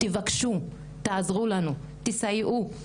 תבקשו, תעזרו לנו, תסייעו.